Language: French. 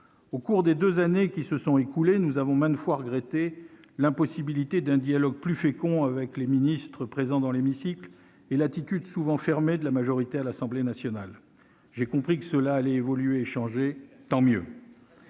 Au cours des deux années écoulées, nous avons maintes fois regretté l'impossibilité d'un dialogue plus fécond avec les ministres présents dans hémicycle et l'attitude souvent fermée de la majorité à l'Assemblée nationale. J'ai compris que cela allait évoluer. Tant mieux